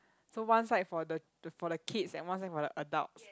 so one side for the for the kids and one side for the adults